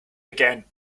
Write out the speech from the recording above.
again